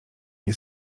nie